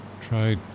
Try